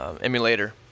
emulator